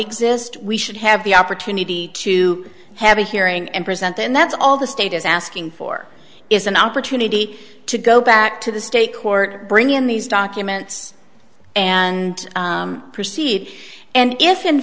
exist we should have the opportunity to have a hearing and present and that's all the state is asking for is an opportunity to go back to the state court bring in these documents and proceed and if in